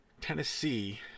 Tennessee